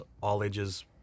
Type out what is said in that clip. all-ages